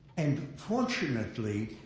and fortunately,